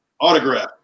Autograph